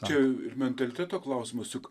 čia ir mentaliteto klausimas juk